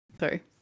sorry